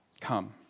come